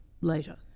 later